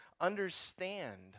Understand